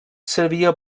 servia